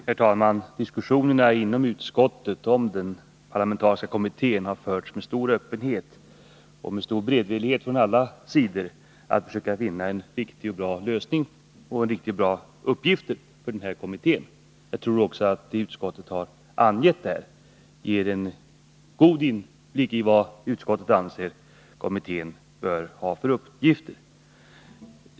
Herr talman! Diskussionerna inom utskottet om den parlamentariska kommittén har förts med stor öppenhet och med stor beredvillighet från alla sidor att försöka finna en riktig och bra lösning och riktiga och bra uppgifter för kommittén. Jag tror också att vad utskottet har angett ger en god inblick i vilka uppgifter utskottet anser att kommittén bör ha.